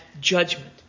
judgment